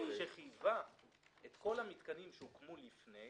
שחייבה את כל המתקנים שהוקמו לפני